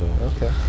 Okay